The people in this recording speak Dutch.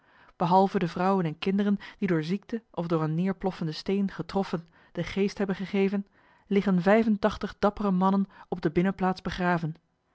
behalve de vrouwen en kinderen die door ziekte of door een neêrploffenden steen getroffen den geest hebben gegeven liggen vijfentachtig dappere mannen op de binnenplaat s begraven